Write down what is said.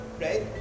right